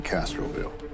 Castroville